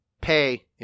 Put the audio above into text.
pay –